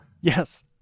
Yes